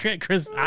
Chris